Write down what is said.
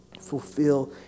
Fulfill